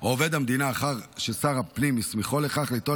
או עובד מדינה אחר ששר הפנים הסמיכו לכך מוסמך ליטול